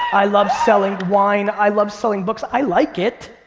i love selling wine, i love selling books, i like it.